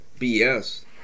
BS